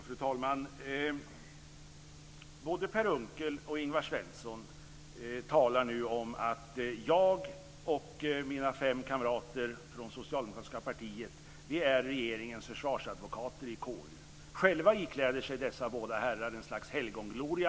Fru talman! Både Per Unckel och Ingvar Svensson talar nu om att jag och mina fem kamrater från det socialdemokratiska partiet är regeringens försvarsadvokater i KU. Själva ikläder sig dessa båda herrar ett slags helgongloria.